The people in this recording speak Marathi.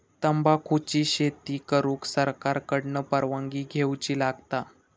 तंबाखुची शेती करुक सरकार कडना परवानगी घेवची लागता